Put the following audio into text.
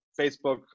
Facebook